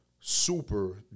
super